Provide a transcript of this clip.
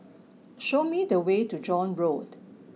show me the way to John Road